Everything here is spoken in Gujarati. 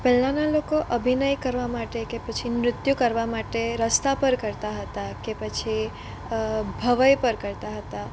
પહેલાના લોકો અભિનય કરવા માટે કે પછી નૃત્ય કરવા માટે રસ્તા ઉપર કરતા હતા કે પછી ભવાઈ પર કરતા હતા